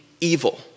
evil